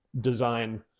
design